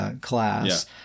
class